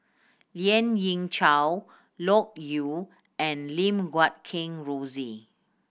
Lien Ying Chow Loke Yew and Lim Guat Kheng Rosie